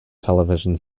television